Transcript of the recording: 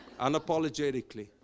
unapologetically